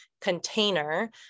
container